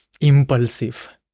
impulsive